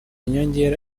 nyongera